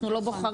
אנחנו לא בוחרים.